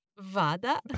vada